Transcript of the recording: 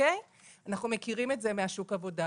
אנחנו מכירים את זה משוק העבודה,